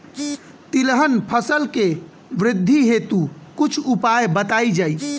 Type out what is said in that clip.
तिलहन फसल के वृद्धी हेतु कुछ उपाय बताई जाई?